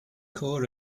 corp